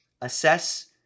assess